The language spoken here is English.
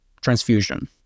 transfusion